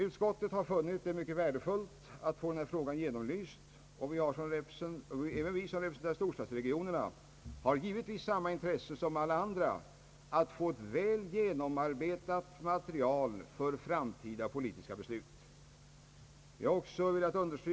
Utskottet har funnit det mycket värdefullt att få denna fråga sakligt genomlyst, och vi som representerar storstadsregionerna har givetvis samma intresse som alla andra att få ett väl genomarbetat material för framtida politiska beslut.